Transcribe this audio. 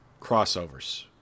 crossovers